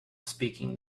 speaking